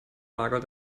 margot